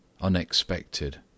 unexpected